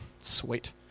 Sweet